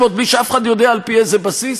בלי שאף אחד יודע על-פי איזה בסיס,